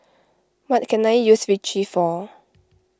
what can I use Vichy for